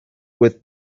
with